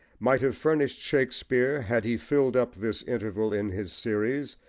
might have furnished shakespeare, had he filled up this interval in his series,